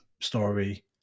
story